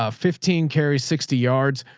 ah fifteen carry sixty yards.